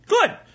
Good